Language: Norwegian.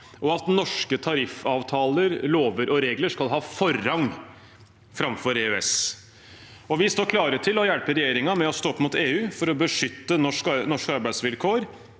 at norske tariffavtaler, lover og regler skal ha forrang framfor EØS. Vi står klare til å hjelpe regjeringen med å stå opp mot EU for å beskytte norske arbeidsvilkår